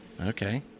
Okay